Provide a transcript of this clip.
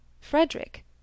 Frederick